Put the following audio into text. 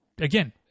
again